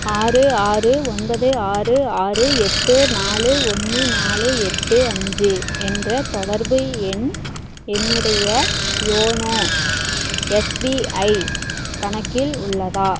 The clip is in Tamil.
ஆறு ஆறு ஒன்பது ஆறு ஆறு எட்டு நாலு ஒன்று நாலு எட்டு அஞ்சு என்ற தொடர்பு எண் என்னுடைய யோனோ எஸ்பிஐ கணக்கில் உள்ளதா